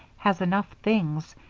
has enough things,